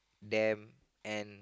damn and